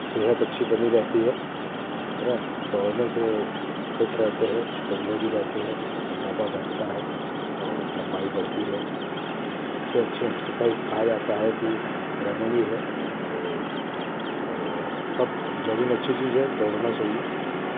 सेहत अच्छी बनी रहती है है न दौड़ने से फिट रहते हैं दुबले भी रहते हैं मोटापा घटता है और लंबाई बढ़ती है सबसे अच्छी एक्सरसाइज कहा जाता है कि रनिंग ही है तो सब जोगिंग अच्छी चीज है दौड़ना चाहिए